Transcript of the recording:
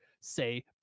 say